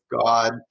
God